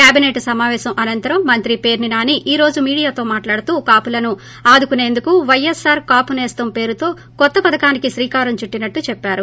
cabinet సమావేశం అనంతరం మంత్రి పేర్చి నాని ఈ రోజు మీడియాతో మాట్లాడుతూ కాపులను ఆదుకునేందుకు వైఎస్ఆర్ కాపునేస్తం పేరుతో కొత్త పథకానికి శ్రీకారం చుట్లినట్లు చెప్పారు